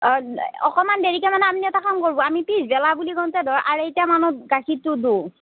অঁ অকণমান দেৰিকে মানে আপনি এটা কাম কৰবো আমি পিছবেলা বুলি কওঁতে ধৰ আঢ়ৈটা মানত গাখীৰটো দিওঁ